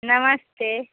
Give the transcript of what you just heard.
नमस्ते